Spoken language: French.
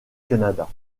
canada